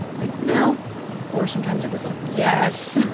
like no or sometimes it was like yes!